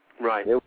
Right